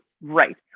Right